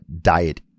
diet